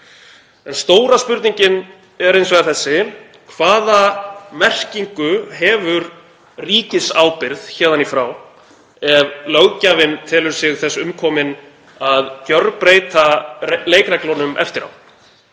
En stóra spurningin er hins vegar þessi: Hvaða merkingu hefur ríkisábyrgð héðan í frá ef löggjafinn telur sig þess umkominn að gjörbreyta leikreglunum eftir á?